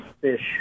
fish